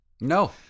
No